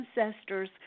ancestors